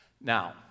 Now